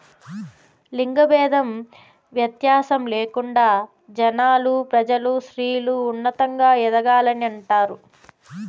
లింగ భేదం వ్యత్యాసం లేకుండా జనాలు ప్రజలు స్త్రీలు ఉన్నతంగా ఎదగాలని అంటారు